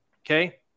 Okay